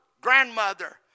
grandmother